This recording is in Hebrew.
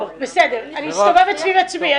טוב, בסדר, אני מסתובבת סביב עצמה.